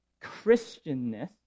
Christianness